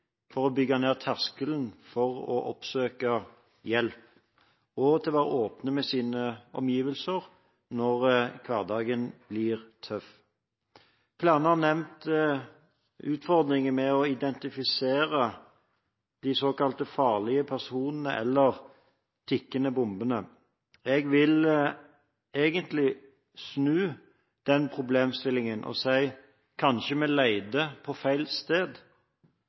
for å bygge ned terskelen for å oppsøke hjelp og til å være åpen med sine omgivelser når hverdagen blir tøff. Flere har nevnt utfordringer med å identifisere de såkalte farlige personene eller tikkende bombene. Jeg vil egentlig snu den problemstillingen og si: Kanskje vi leter på feil sted.